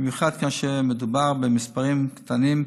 במיוחד כאשר מדובר במספרים קטנים,